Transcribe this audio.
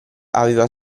aveva